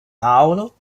paolo